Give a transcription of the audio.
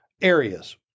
areas